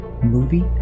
Movie